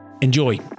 Enjoy